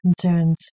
concerns